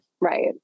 Right